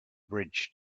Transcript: bridge